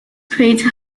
crater